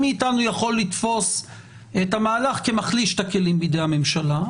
מאתנו יוכל לתפוס את המהלך כמחליש את הכלים שבידי הממשלה.